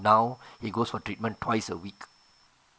now he goes for treatment twice a week